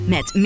Met